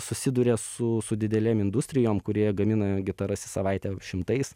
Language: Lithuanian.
susiduria su su didelėm industrijom kuri gamina gitaras į savaitę šimtais